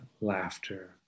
laughter